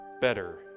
better